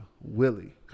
Willie